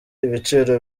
ibiciro